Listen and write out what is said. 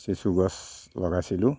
চেচু গছ লগাইছিলোঁ